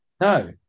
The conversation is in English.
No